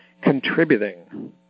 contributing